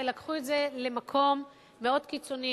לקחו את זה למקום מאוד קיצוני,